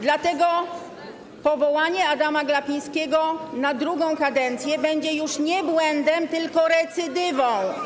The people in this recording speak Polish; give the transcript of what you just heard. Dlatego powołanie Adama Glapińskiego na drugą kadencję będzie już nie błędem, tylko recydywą.